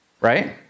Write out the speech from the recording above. right